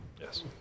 Yes